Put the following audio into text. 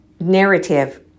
narrative